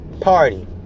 Party